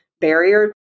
barrier